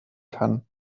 kann